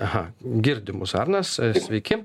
aha girdi mus arnas sveiki